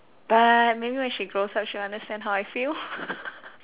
but maybe when she grows up she'll understand how I feel